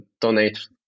donate